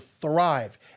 thrive